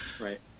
Right